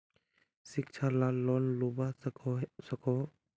शिक्षा ला लोन लुबा सकोहो?